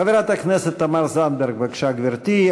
חברת הכנסת תמר זנדברג, בבקשה, גברתי.